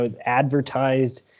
advertised